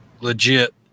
legit